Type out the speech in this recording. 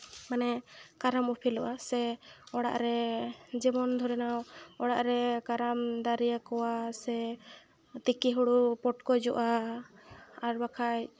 ᱢᱟᱱᱮ ᱠᱟᱨᱟᱢ ᱩᱯᱮᱞᱚᱜᱼᱟ ᱥᱮ ᱚᱲᱟᱜ ᱨᱮ ᱡᱮᱢᱚᱱ ᱫᱷᱚᱨᱮ ᱱᱟᱣ ᱚᱲᱟᱜ ᱨᱮ ᱠᱟᱨᱟᱢ ᱫᱟᱨᱮ ᱟᱠᱚᱣᱟ ᱥᱮ ᱛᱤᱠᱤ ᱦᱩᱲᱩ ᱯᱚᱴᱠᱚᱡᱚᱜᱼᱟ ᱟᱨ ᱵᱟᱠᱷᱟᱡ